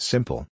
Simple